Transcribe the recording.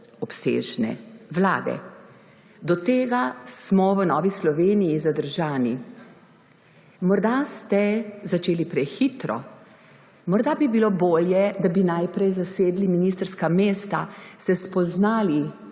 obsežne vlade. Do tega smo v Novi Sloveniji zadržani. Morda ste začeli prehitro. Morda bi bilo bolje, da bi najprej zasedli ministrska mesta, se spoznali